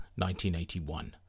1981